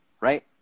right